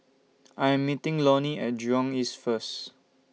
I Am meeting Lonnie At Jurong East First